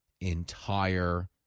entire